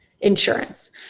insurance